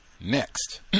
Next